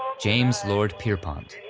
james lord pierpont.